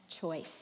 choice